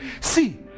See